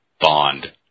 Bond